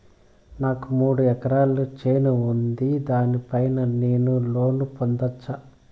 నాకు మూడు ఎకరాలు చేను ఉంది, దాని పైన నేను లోను పొందొచ్చా?